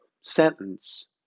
sentence